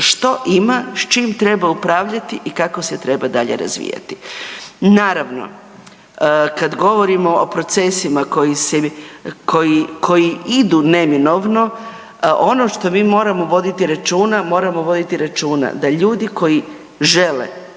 što ima, s čim treba upravljati i kako se treba dalje razvijati. Naravno, kad govorimo o procesima koji idu neminovno ono što mi moramo voditi računa, moramo voditi računa da ljudi koji žele